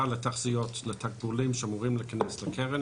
לתחזיות של התקבולים שאמורים להיכנס לקרן,